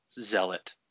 zealot